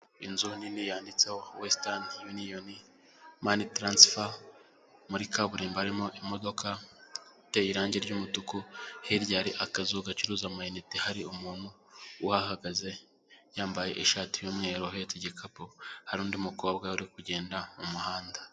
Inzu nini yanditseho Western Union money transfer, muri kaburimbo harimo imodoka iteye irangi ry'umutuku, hirya hari akazu gacuruza ama inite, hari umuntu uhahagaze yambaye ishati y'umweru uhetse igikapu. Hari undi mukobwa uri kugenda mu muhanda.